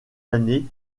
années